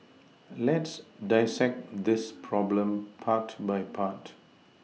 let's dissect this problem part by part